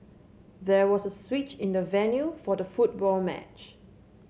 there was a switch in the venue for the football match